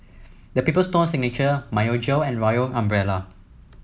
The Paper Stone Signature Myojo and Royal Umbrella